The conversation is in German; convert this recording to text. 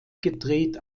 gedreht